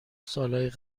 سالهای